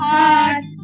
Heart